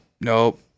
Nope